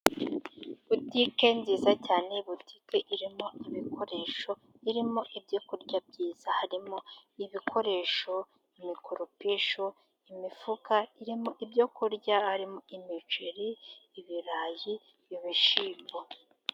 Butike nziza cyane, butike irimo ibikoresho, irimo ibyo kurya byiza, harimo ibikoresho , imikoropesho, imifuka irimo ibyo kurya, harimo imiceri, ibirayi, ibishyimbo.